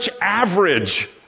average